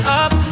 up